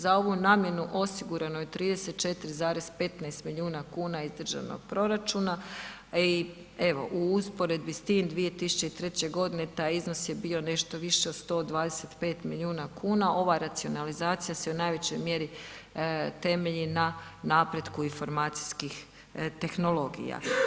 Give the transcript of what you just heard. Za ovu namjenu osigurano je 34,15 milijuna kuna iz državnog proračuna i evo u usporedbi s time, 2003. g. taj iznos je bio nešto više od 125 milijuna kuna, ova racionalizacija se u najvećoj mjeri temelji na napretku informacijskih tehnologija.